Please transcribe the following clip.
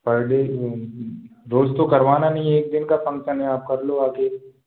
पर डे रोज़ तो करवाना नहीं है एक दिन का फंक्सन है आप कर लो आ कर